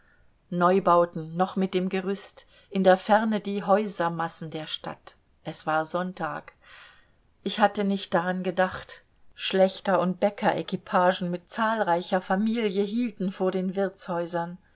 neubauten noch mit dem gerüst in der ferne die häusermassen der stadt es war sonntag ich hatte nicht daran gedacht schlächter und bäcker equipagen mit zahlreicher familie hielten vor den wirtshäusern